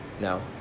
No